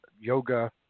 yoga